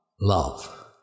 love